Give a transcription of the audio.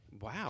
Wow